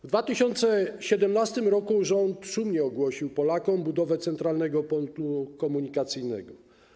W 2017 r. rząd szumnie ogłosił Polakom budowę Centralnego Portu Komunikacyjnego.